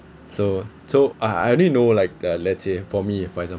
so so i i only know like uh let's say for me for example